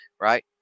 right